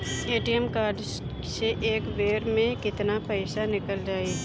ATM card से एक बेर मे केतना पईसा निकल जाई?